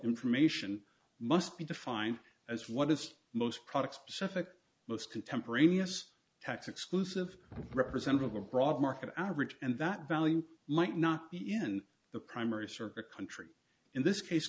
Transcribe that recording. information must be defined as what is most products specific most contemporaneous tax exclusive representative of a broader market average and that value might not be in the primary server country in this case